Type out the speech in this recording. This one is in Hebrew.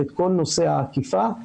את כל נושא האכיפה,